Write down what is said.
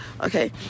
Okay